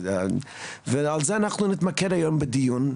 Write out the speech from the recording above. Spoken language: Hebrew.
ועל זה אנחנו נתמקד היום בדיון.